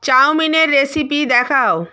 চাউমিনের রেসিপি দেখাও